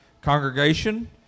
congregation